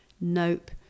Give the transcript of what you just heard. nope